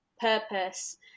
purpose